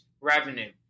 revenue